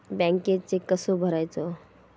बँकेत चेक कसो भरायचो?